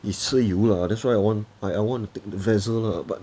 is 吃油 lah that's why I wan~ I want to take the vessel lah but